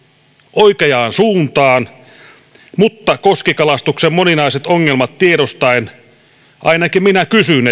oikeaan suuntaan mutta koskikalastuksen moninaiset ongelmat tiedostaen ainakin minä kysyn